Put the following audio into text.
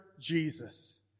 Jesus